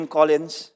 Collins